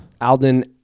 Alden